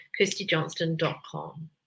KirstyJohnston.com